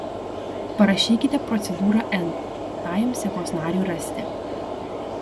parašykite procedūrą n tajam sekos nariui rasti